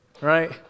Right